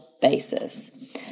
basis